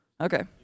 Okay